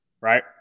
Right